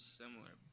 similar